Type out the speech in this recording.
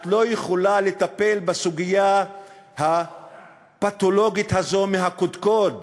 את לא יכולה לטפל בסוגיה הפתולוגית הזו מהקודקוד.